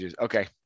Okay